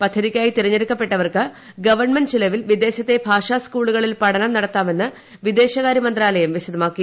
പദ്ധതിക്കായി തെരഞ്ഞെടുക്കപ്പെട്ടവർക്ക് ഗവൺമെന്റ് ചിലവിൽ വിദേശത്തെ സ്കൂളുകളിൽ ഭാഷാ നടത്താമെന്ന് വിദേശകാര്യമന്ത്രാലയം വിശദമാക്കി